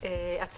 לקרוא.